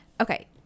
Okay